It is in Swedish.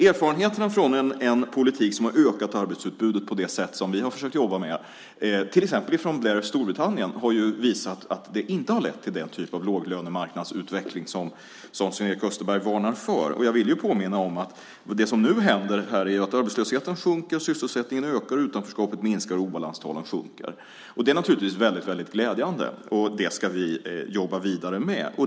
Erfarenheterna från en politik, till exempel i Blairs Storbritannien, som har ökat arbetsutbudet på det sätt som vi har försökt jobba med har visat att det inte har lett till den typ av låglönemarknadsutveckling som Sven-Erik Österberg varnar för. Jag vill påminna om att det som nu händer är att arbetslösheten sjunker, sysselsättningen ökar, utanförskapet minskar och obalanstalen sjunker. Det är väldigt glädjande, och det ska vi jobba vidare med.